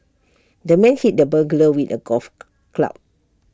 the man hit the burglar with A golf club